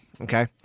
Okay